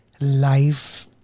life